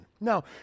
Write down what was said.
Now